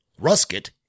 Rusket